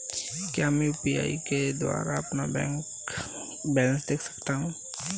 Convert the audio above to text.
क्या मैं यू.पी.आई के द्वारा अपना बैंक बैलेंस देख सकता हूँ?